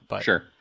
sure